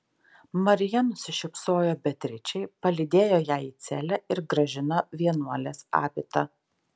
marija nusišypsojo beatričei palydėjo ją į celę ir grąžino vienuolės abitą